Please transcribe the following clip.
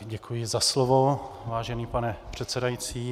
Děkuji za slovo, vážený pane předsedající.